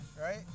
right